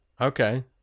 Okay